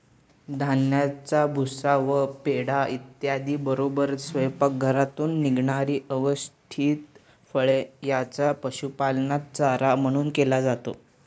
धान्याचा भुसा व पेंढा इत्यादींबरोबरच स्वयंपाकघरातून निघणारी अवशिष्ट फळे यांचा पशुपालनात चारा म्हणून केला जातो